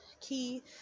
key